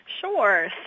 Sure